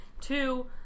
Two